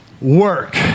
Work